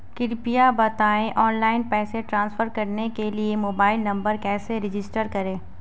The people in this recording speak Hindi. कृपया बताएं ऑनलाइन पैसे ट्रांसफर करने के लिए मोबाइल नंबर कैसे रजिस्टर करें?